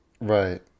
Right